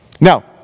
Now